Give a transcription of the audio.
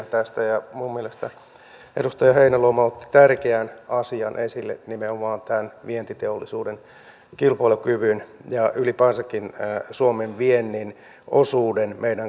minun mielestäni edustaja heinäluoma otti tärkeän asian esille nimenomaan tämän vientiteollisuuden kilpailukyvyn ja ylipäänsäkin suomen viennin osuuden meidän kansantaloudestamme